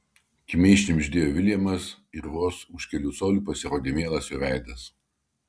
kimiai šnibžtelėjo viljamas ir vos už kelių colių pasirodė mielas jo veidas